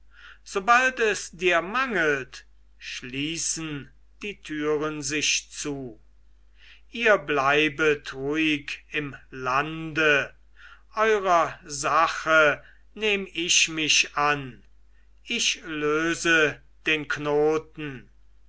sobald es dir mangelt schließen die türen sich zu ihr bleibet ruhig im lande eurer sache nehm ich mich an ich löse den knoten